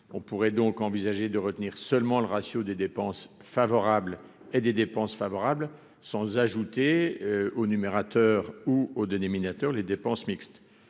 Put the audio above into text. on pourrait donc envisager de retenir seulement le ratio des dépenses favorable et des dépenses favorables sans ajouter au numérateur ou au dénominateur les dépenses mixtes,